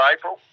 April